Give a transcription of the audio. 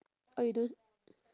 oh you don't